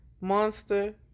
monster